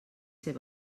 ser